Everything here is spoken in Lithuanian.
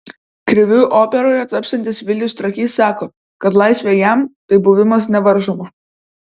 kriviu operoje tapsiantis vilius trakys sako kad laisvė jam tai buvimas nevaržomu